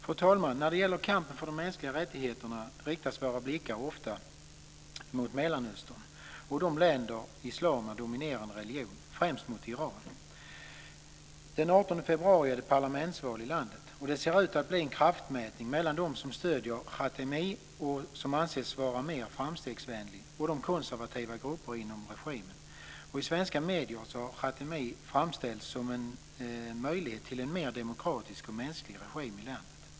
Fru talman! När det gäller kampen för mänskliga rättigheter riktas våra blickar ofta mot Mellanöstern och de länder där islam är dominerande religion - främst mot Iran. Den 18 februari är det parlamentsval i landet. Det ser ut att bli en kraftmätning mellan dem som stöder Khatemi, som anses vara mer framstegsvänlig, och de konservativa grupperna inom regimen. I svenska medier har Khatemi framställts som en möjlighet till en mer demokratisk och mänsklig regim i landet.